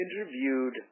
interviewed